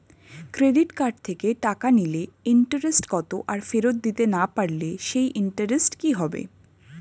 Credit card থেকে টাকা নিলে ইন্টারেস্ট কত আর ফেরত দিতে না পারলে সেই ইন্টারেস্ট কি হবে?